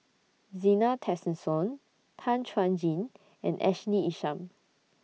Zena Tessensohn Tan Chuan Jin and Ashley Isham